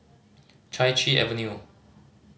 Chai Chee Avenue